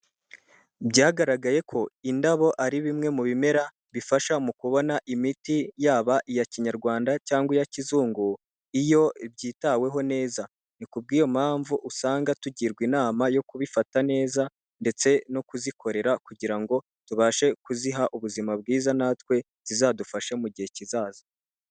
Byagaragaye ko indabo ari bimwe mu bimera bifasha mu kubona imiti yaba iya kinyarwanda cyangwa iya kizungu iyo byitaweho neza ni kubw'iyo mpamvu usanga tugirwa inama yo kubifata neza ndetse no kuzikorera kugira ngo tubashe kuziha ubuzima bwiza natwe zizadufasha mu gihe kizaza.